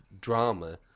drama